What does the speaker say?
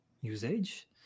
usage